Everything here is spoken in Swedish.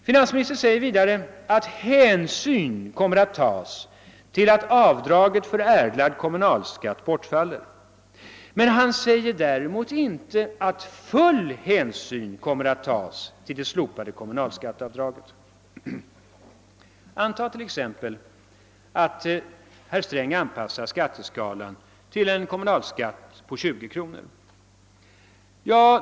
Finansministern förklarar vidare att hänsyn kommer att tas till att avdraget för erlagd kommunalskatt bortfaller, men han säger inte att full hänsyn kommer att tas till det slopade kommunalskatteavdraget. Antag t.ex. att herr Sträng anpassar skatteskalan till en kommunalskatt på 20 kr.!